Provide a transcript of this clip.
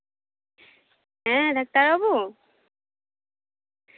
ᱦᱮᱸ ᱰᱟᱠᱛᱟᱨ ᱵᱟᱵᱩ